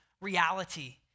reality